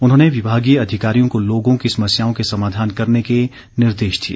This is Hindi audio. उन्होंने विभागीय अधिकारियों को लोगों की समस्याओं के समाधान करने के निर्देश दिए